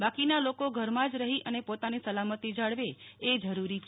બાકીના લોકો ઘરમાં જ રહી અને પોતાની સલામતી જાળવે એ જરૂરી છે